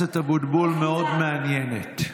ההקדמה הזו שלך, חבר הכנסת אבוטבול, מאוד מעניינת.